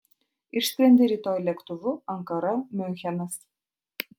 išskrendi rytoj lėktuvu ankara miunchenas